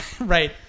right